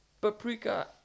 paprika